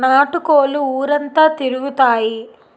నాటు కోళ్లు ఊరంతా తిరుగుతాయి